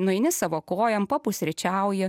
nueini savo kojom papusryčiauji